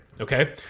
okay